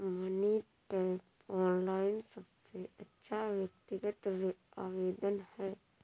money tap, online सबसे अच्छा व्यक्तिगत ऋण आवेदन है